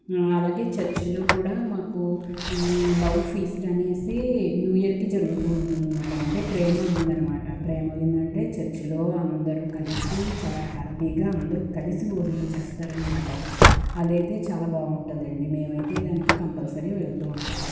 అలాగే చర్చిల్లో కూడా మాకు లవ్ ఫీస్ట్ అనేసి న్యూ ఇయర్కి జరుగుతూ ఉంటుందన్మాట అంటే ప్రేమవిందు అనమాట ప్రేమ విందంటే చర్చిలో అందరూ కలిసి చాలా హ్యాపీగా అందరూ కలిసి భోజనం చేస్తారన్మాట అదైతే చాలా బావుంటుందండి మేమైతే దానికి కంపల్సరీ వెళ్తూ ఉంటాం